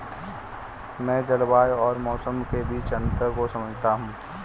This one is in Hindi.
मैं जलवायु और मौसम के बीच अंतर को समझता हूं